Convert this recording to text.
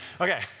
Okay